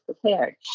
prepared